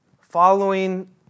following